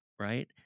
right